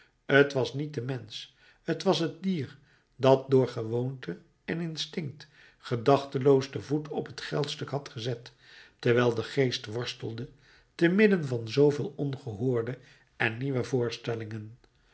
t was niet de mensch t was het dier dat door gewoonte en instinct gedachteloos den voet op het geldstuk had gezet terwijl de geest worstelde te midden van zooveel ongehoorde en nieuwe voorstellingen